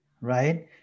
right